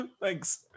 Thanks